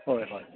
ꯍꯣꯏ ꯍꯣꯏ